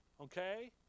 Okay